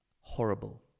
horrible